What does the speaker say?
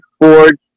Ford